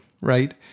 right